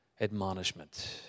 admonishment